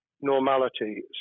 normality